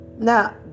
Now